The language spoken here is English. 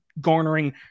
garnering